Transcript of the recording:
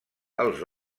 els